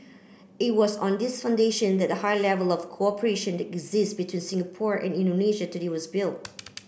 it was on this foundation that the high level of cooperation exists between Singapore and Indonesia today was built